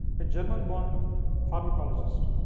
a german born pharmacologist.